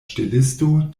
ŝtelisto